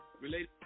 related